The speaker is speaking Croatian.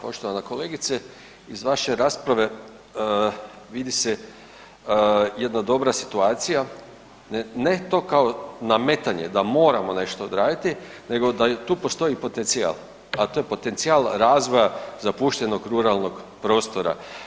Poštovana kolegice, iz vaše rasprave vidi se jedna dobra situacija, ne to kao nametanje da moramo nešto odraditi nego da tu postoji potencijal, a to je potencijal razvoja zapuštenog ruralnog prostora.